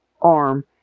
arm